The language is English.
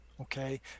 Okay